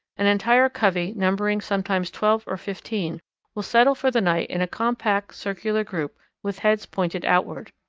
an entire covey numbering sometimes twelve or fifteen will settle for the night in a compact circular group with heads pointed outward.